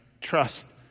Trust